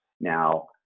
Now